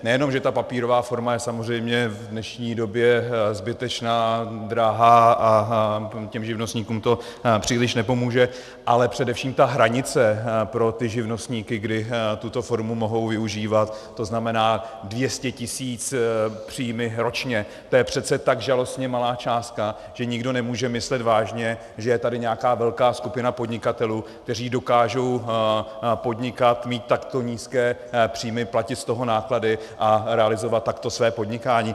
Nejenom že ta papírová forma je samozřejmě v dnešní době zbytečná, drahá a těm živnostníkům to příliš nepomůže, ale především ta hranice pro živnostníky, kdy tuto formu mohou využívat, to znamená 200 000 příjmy ročně, to je přece tak žalostně malá částka, že nikdo nemůže myslet vážně, že je tady nějaká velká skupina podnikatelů, kteří dokážou podnikat, mít takto nízké příjmy, platit z toho náklady a realizovat takto své podnikání.